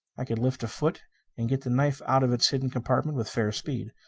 i could lift a foot and get the knife out of its hidden compartment with fair speed.